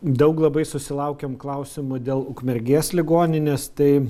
daug labai susilaukėm klausimų dėl ukmergės ligoninės tai